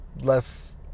less